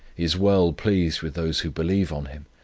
is well pleased with those who believe on him,